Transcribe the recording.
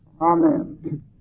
Amen